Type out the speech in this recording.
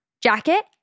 jacket